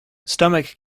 stomach